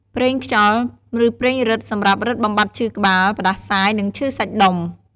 ប្រេងខ្យល់ ឬប្រេងរឹត សម្រាប់រឹតបំបាត់ឈឺក្បាល ផ្តាសាយ និងឈឺសាច់ដុំ។